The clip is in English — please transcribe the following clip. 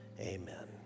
amen